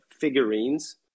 figurines